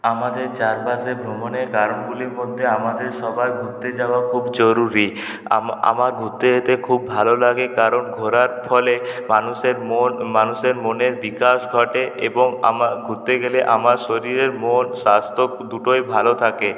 আমাদের চারপাশে ভ্রমণের কারণগুলির মধ্যে আমাদের সবার ঘুরতে যাওয়া খুব জরুরি আমার ঘুরতে যেতে খুব ভালো লাগে কারণ ঘোরার ফলে মানুষের মন মানুষের মনের বিকাশ ঘটে এবং আমার ঘুরতে গেলে আমার শরীর আর মন স্বাস্থ্য দুটোই ভালো থাকে